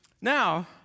now